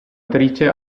attrice